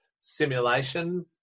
simulation